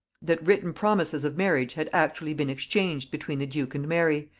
that written promises of marriage had actually been exchanged between the duke and mary,